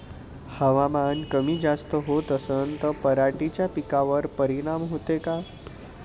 हवामान कमी जास्त होत असन त पराटीच्या पिकावर परिनाम होते का?